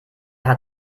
hat